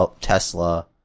Tesla